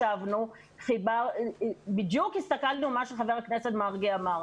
ישבנו בדיוק הסתכלנו מה שח"כ מרגי אמר,